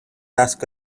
ask